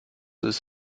ist